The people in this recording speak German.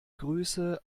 grüße